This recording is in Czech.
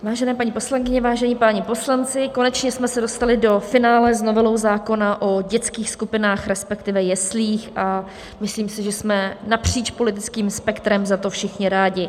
Vážené paní poslankyně, vážení páni poslanci, konečně jsme se dostali do finále s novelou zákona o dětských skupinách, respektive jeslích, a myslím si, že jsme napříč politickým spektrem za to všichni rádi.